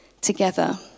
together